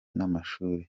n’amashuri